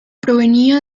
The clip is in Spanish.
provenía